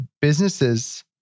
businesses